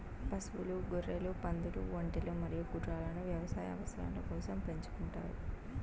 పశువులు, గొర్రెలు, పందులు, ఒంటెలు మరియు గుర్రాలను వ్యవసాయ అవసరాల కోసం పెంచుకుంటారు